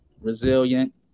resilient